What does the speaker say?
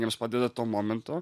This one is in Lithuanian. jiems padeda tuo momentu